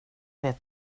vet